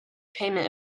payment